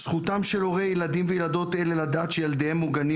זכותם של הורי ילדים וילדות אלה לדעת שילדיהם מוגנים